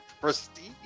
Prestige